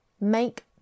Make